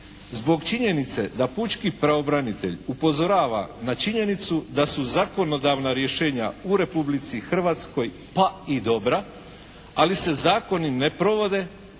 zbog činjenice da pučki pravobranitelj upozorava na činjenicu da zakonodavna rješenje u Republici Hrvatskoj pa i dobra, ali se zakoni ne provode,